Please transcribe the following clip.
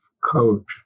coach